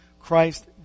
Christ